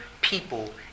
people